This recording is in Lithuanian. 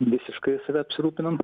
visiškai save apsirūpinam